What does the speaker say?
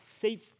safe